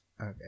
Okay